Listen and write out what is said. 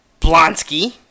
Blonsky